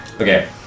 Okay